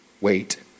wait